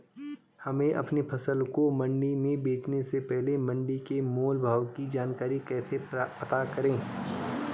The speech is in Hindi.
हमें अपनी फसल को मंडी में बेचने से पहले मंडी के मोल भाव की जानकारी कैसे पता करें?